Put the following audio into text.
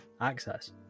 access